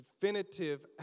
definitive